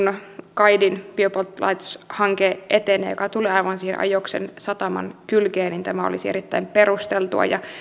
kaidin biopolttolaitoshanke etenee joka tulee aivan siihen ajoksen sataman kylkeen niin tämä olisi erittäin perusteltua